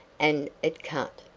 and it cut.